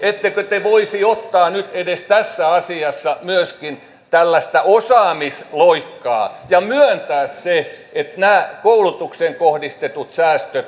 ettekö te voisi ottaa nyt edes tässä asiassa myöskin tällaista osaamisloikkaa ja myöntää sen että nämä koulutukseen kohdistetut säästöt ovat kohtuuttomat